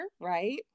right